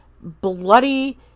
bloody